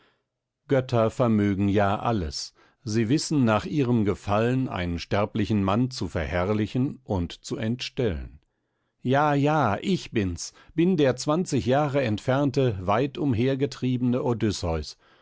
götter vermögen ja alles sie wissen nach ihrem gefallen einen sterblichen mann zu verherrlichen und zu entstellen ja ja ich bin's bin der zwanzig jahre entfernte weit umhergetriebene odysseus